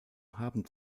haben